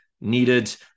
needed